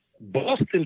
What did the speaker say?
Boston